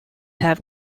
have